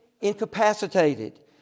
incapacitated